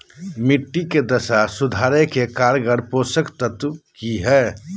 मिट्टी के दशा सुधारे के कारगर पोषक तत्व की है?